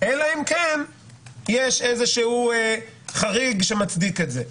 אלא אם כן יש איזשהו חריג שמצדיק את זה.